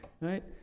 right